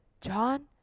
John